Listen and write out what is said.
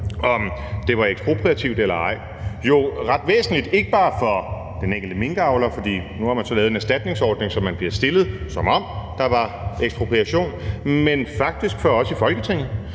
om det var ekspropriativt eller ej. Det er jo ret væsentligt ikke bare for den enkelte minkavler, for nu har man så lavet en erstatningsordning, så de bliver stillet, som om der var ekspropriation, men faktisk også for os i Folketinget,